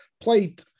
plate